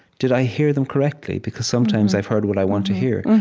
did i hear them correctly? because sometimes i've heard what i want to hear,